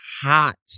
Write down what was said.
hot